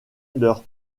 leurs